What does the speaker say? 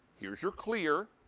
here's your clear.